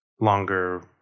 longer